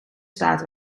staat